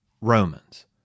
Romans